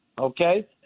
okay